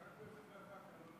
רק במחיר הקרקע לא נגעו.